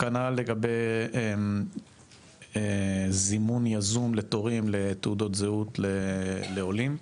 כנ"ל לגבי זימון יזום לתורים לתעודות זהות לעולים.